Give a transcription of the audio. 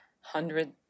hundred